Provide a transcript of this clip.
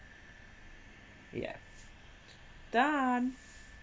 yeah done